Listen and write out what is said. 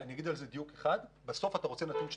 אני רק אדייק את זה: בסוף אתה רוצה נתון שנתי.